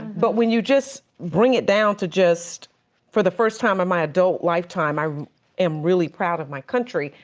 but when you just bring it down to just for the first time in my adult life time, i am really proud of my country.